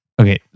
Okay